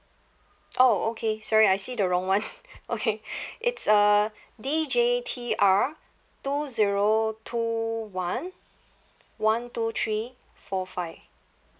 oh okay sorry I see the wrong one okay it's uh D J T R two zero two one one two three four five